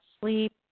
sleep